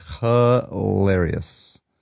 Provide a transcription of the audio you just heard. hilarious